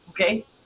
Okay